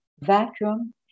vacuum